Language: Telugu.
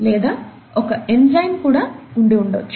లేదా ఒక ఎంజైమ్ కూడా ఉంది ఉండవచ్చు